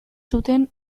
zuten